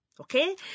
Okay